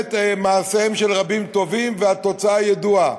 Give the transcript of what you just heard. באמת מעשיהם של רבים טובים, והתוצאה ידועה.